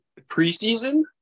preseason